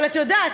אבל את יודעת,